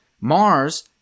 Mars